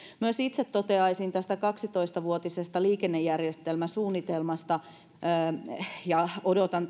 myös itse toteaisin tästä kaksitoista vuotisesta liikennejärjestelmäsuunnitelmasta odotan